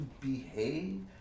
behave